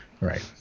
Right